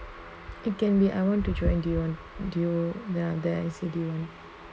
it can be I want to join do you want do you then I say do you want